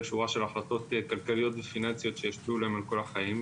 שורה של החלטות כלכליות ופיננסיות שישפיעו עליהם על כל החיים,